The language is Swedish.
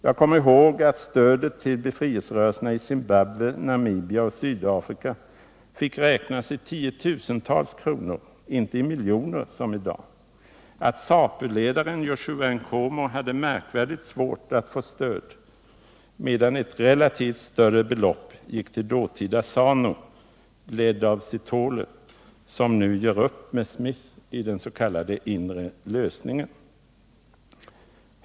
Jag minns att stödet till befrielserörelserna i Zimbabwe, Namibia och Sydafrika fick räknas i tiotusentals kronor — inte i miljoner som i dag. ZAPU-ledaren Joshua Nkomo hade märkvärdigt svårt att få stöd, medan ett relativt större belopp gick till dåtida ZANU, ledd av Sithole, som nu gör upp med Smith i den s.k. inre lösningen.